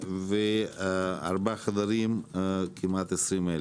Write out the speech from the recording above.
ו-4 חדרים - כמעט 20 אלף.